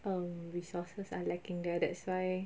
the resources are lacking there that's why